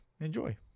Enjoy